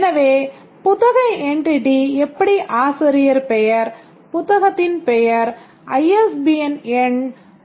எனவே புத்தக entity எப்படி ஆசிரியர் பெயர் புத்தகத்தின் பெயர் ISBN எண்